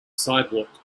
sidewalk